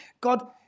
God